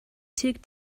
took